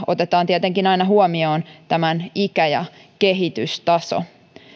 otetaan tietenkin aina huomioon tämän ikä ja kehitystaso